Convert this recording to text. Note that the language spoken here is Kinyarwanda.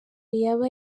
yaba